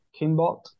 Kimbot